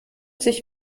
sich